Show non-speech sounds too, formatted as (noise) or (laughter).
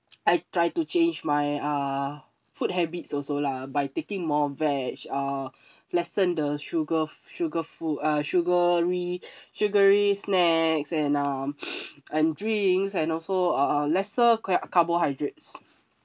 I'd try to change my uh food habits also lah by taking more vege uh (breath) lessen the sugar sugar food uh sugary (breath) sugary snacks and um (noise) and drinks and also uh lesser ca~ carbohydrates